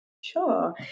Sure